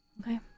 Okay